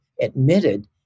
admitted